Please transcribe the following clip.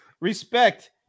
Respect